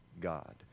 God